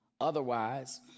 Otherwise